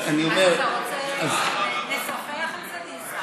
אתה רוצה שנשוחח על זה, ניסן.